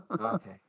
Okay